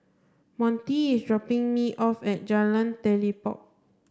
Monty is dropping me off at Jalan Telipok